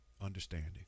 understanding